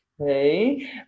okay